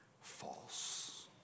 false